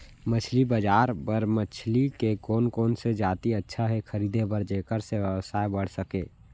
मछली बजार बर मछली के कोन कोन से जाति अच्छा हे खरीदे बर जेकर से व्यवसाय बढ़ सके?